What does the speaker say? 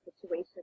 situation